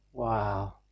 Wow